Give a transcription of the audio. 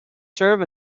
serve